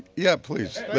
yeah. please.